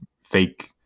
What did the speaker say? fake